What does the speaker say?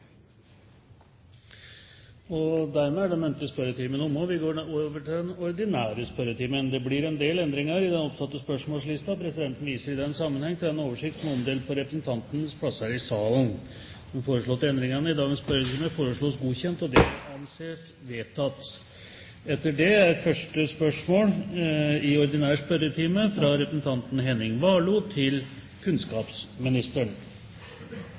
Dermed er den muntlige spørretimen omme, og vi går over til den ordinære spørretimen. Det blir en del endringer i den oppsatte spørsmålslisten, og presidenten viser i denne sammenheng til den oversikten som er omdelt på representantenes plasser i salen. De foreslåtte endringene i dagens spørretime foreslås godkjent. – Det anses vedtatt. Endringene var som følger: Spørsmål 3, fra representanten Knut Arild Hareide til